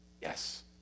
Yes